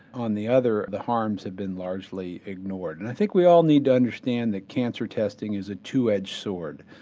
on the other the harms have been largely ignored and i think we all need to understand that cancer testing is a two-edged sword.